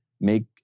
make